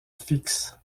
fix